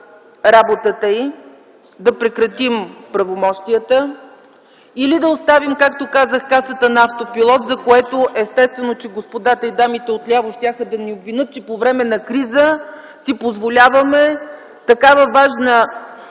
работата й да прекратим правомощията, или да оставим, както казах, касата на автопилот. Затова, естествено, господата и дамите отляво щяха да ни обвинят, че по време на криза си позволяваме такъв важен